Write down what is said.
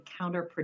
counterproductive